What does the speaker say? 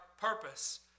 purpose